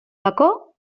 bacó